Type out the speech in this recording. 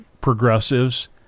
progressives